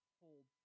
hold